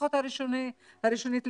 לפחות הראשונית,